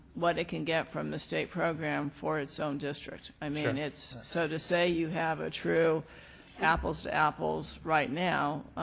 what it can get from the state program for its own district. sure. i mean it's so to say you have a true apples to apples right now,